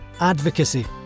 advocacy